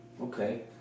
Okay